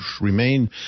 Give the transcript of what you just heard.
remain